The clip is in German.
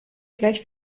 gleich